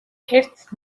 ერთ